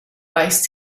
beißt